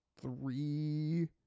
three